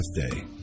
birthday